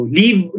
leave